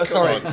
Sorry